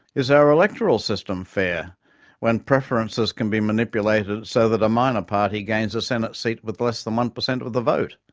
is our electoral system fair when preferences can be manipulated so that a minor party gains a senate seat with less than one percent of the vote?